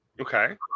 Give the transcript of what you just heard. Okay